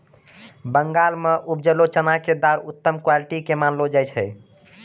बंगाल मॅ उपजलो चना के दाल उत्तम क्वालिटी के मानलो जाय छै